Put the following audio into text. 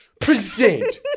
present